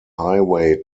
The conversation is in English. highway